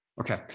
Okay